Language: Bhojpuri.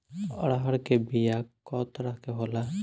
अरहर के बिया कौ तरह के होला?